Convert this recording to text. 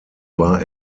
war